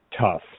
tough